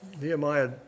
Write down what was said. Nehemiah